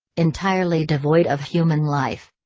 entirely devoid of human life.